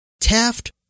Taft